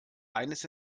eines